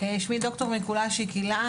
שמי ד"ר מיקולשיק הילה,